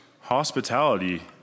Hospitality